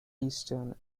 eastern